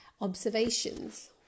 observations